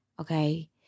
Okay